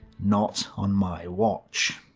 not on my watch.